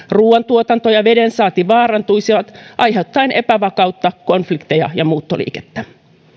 ruoantuotanto ja vedensaanti vaarantuisivat aiheuttaen epävakautta konflikteja ja muuttoliikettä